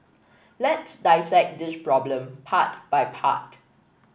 let's dissect this problem part by part